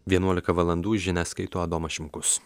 vienuolika valandų žinias skaito adomas šimkus